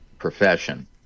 profession